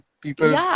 people